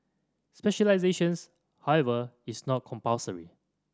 specialisations however is not compulsory